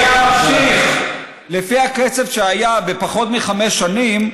אם זה היה ממשיך לפי הקצב שהיה בפחות מחמש שנים,